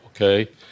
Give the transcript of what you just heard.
okay